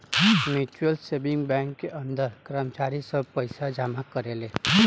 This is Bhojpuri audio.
म्यूच्यूअल सेविंग बैंक के अंदर कर्मचारी सब पइसा जमा करेले